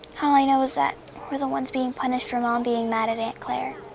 all i know is that we're the ones being punished for mom being mad at aunt clair.